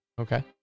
Okay